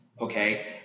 Okay